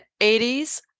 80s